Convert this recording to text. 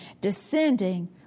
descending